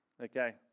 Okay